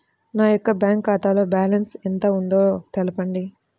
నా యొక్క బ్యాంక్ ఖాతాలో బ్యాలెన్స్ ఎంత ఉందో తెలపండి?